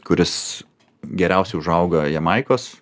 kuris geriausiai užauga jamaikos